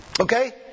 Okay